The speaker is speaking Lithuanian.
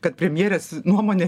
kad premjerės nuomonė